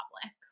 public